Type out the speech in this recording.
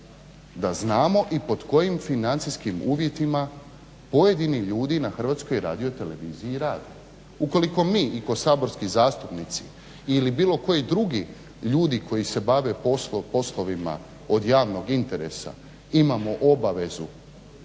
da znamo i pod kojim financijskim uvjetima pojedini ljudi na Hrvatskoj radioteleviziji rade. Ukoliko mi i kao saborski zastupnici ili bilo koji drugi ljudi koji se bave poslovima od javnog interesa imamo obvezu